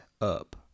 up